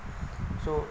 so